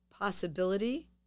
possibility